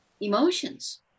emotions